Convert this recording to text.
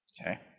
Okay